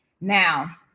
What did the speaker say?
Now